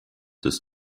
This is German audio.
des